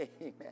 Amen